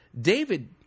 David